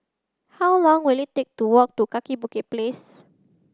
how long will it take to walk to Kaki Bukit Place